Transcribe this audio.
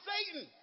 Satan